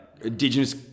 indigenous